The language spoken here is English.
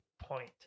point